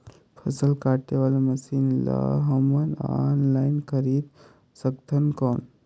फसल काटे वाला मशीन ला हमन ऑनलाइन खरीद सकथन कौन?